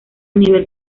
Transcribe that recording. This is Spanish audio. nivel